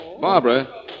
Barbara